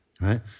right